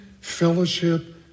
fellowship